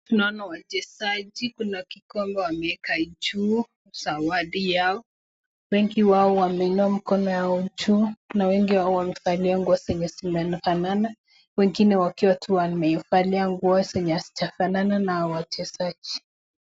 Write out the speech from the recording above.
Tunaona wachezaji. Kuna kikombe wameeka juu zawadi yao. Wengi wao wameinua mkono yao juu. Kuna wengi wamevalia nguo zinazofanana na wengine wakiwa tu wamevalia nguo zenye hazijafanana na wachezaji.